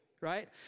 right